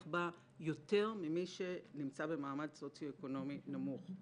בה יותר ממי שנמצא במעמד סוציו-אקונומי נמוך.